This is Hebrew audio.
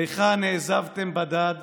/ איכה נעזבתם בדד,